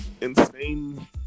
insane